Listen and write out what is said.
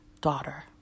daughter